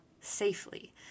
safely